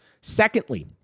Secondly